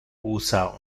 usa